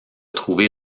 trouver